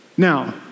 Now